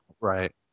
Right